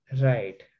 Right